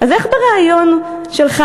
אז איך בריאיון שלך,